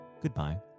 goodbye